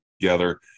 together